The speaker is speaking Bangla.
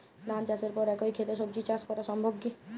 ধান চাষের পর একই ক্ষেতে সবজি চাষ করা সম্ভব কি?